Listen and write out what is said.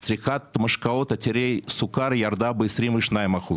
צריכת משקאות עתירי סוכר, ירדה ב-22%.